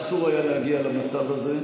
אסור היה להגיע למצב הזה,